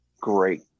great